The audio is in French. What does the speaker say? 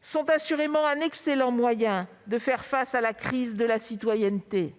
sont assurément un excellent moyen de faire face à la crise de la citoyenneté.